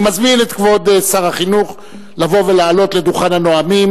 אני מזמין את כבוד שר החינוך לעלות לדוכן הנואמים